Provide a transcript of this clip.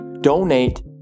donate